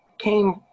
came